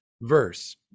verse